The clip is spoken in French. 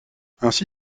ainsi